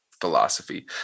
philosophy